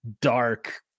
dark